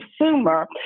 consumer